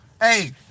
Hey